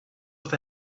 with